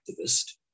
activist